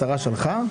השרה שלחה?